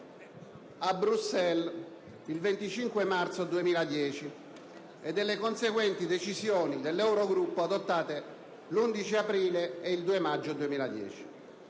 a Bruxelles il 25 marzo 2010 e delle conseguenti decisioni dell'Eurogruppo adottate l'11 aprile e il 2 maggio 2010.